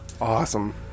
Awesome